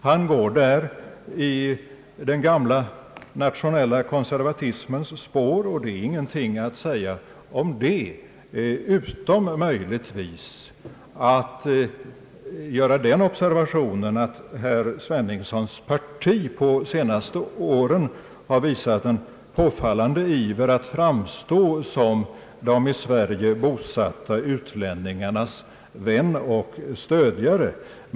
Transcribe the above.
Han går där i den gamla nationella konservatismens spår, Det är ingenting att säga om det, utom att man möjligtvis kan göra den observationen att herr Sveningssons parti de senaste åren har visat en påfallande iver att framstå som de i Sverige bosatta utlänningarnas vän och stödjare.